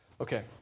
Okay